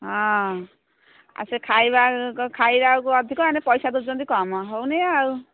ହଁ ଆଚ୍ଛା ଖାଇବା ଖାଇବା ବେଳକୁ ଅଧିକ ଏଣେ ପଇସା ଦେଉଛନ୍ତି କମ୍ ହେଉନି ଆଉ